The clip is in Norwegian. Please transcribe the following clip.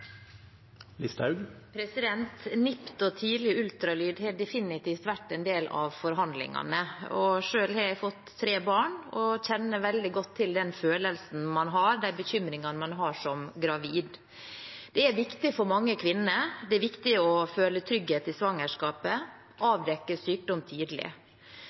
NIPT og tidlig ultralyd har definitivt vært en del av forhandlingene. Selv har jeg fått tre barn og kjenner veldig godt til den følelsen og de bekymringene man har som gravid. Det er viktig for mange kvinner å føle trygghet i svangerskapet og avdekke sykdom tidlig.